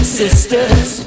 sisters